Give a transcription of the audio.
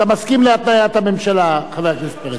אתה מסכים להתניית הממשלה, חבר הכנסת פרץ.